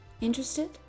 Interested